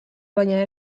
baina